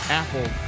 apple